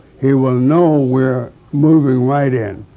he will know we're moving right in.